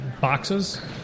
boxes